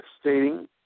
stating